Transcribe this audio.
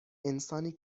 انسانی